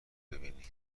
ببینی